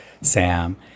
Sam